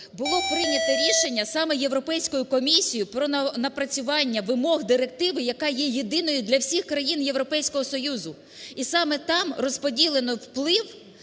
було прийнято рішення саме Європейською комісією про напрацювання вимог директиви, яка є єдиною для всіх країн Європейського Союзу. І саме там розподілено вплив